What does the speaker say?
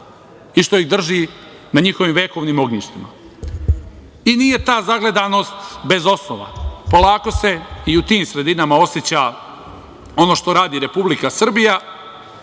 i što ih drži na njihovim vekovnim ognjištima. Nije ta zagledanost bez osnova. Polako se i u tim sredinama oseća ono što radi Republika Srbija